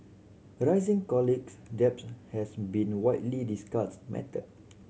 rising colleges debts has been widely discussed matter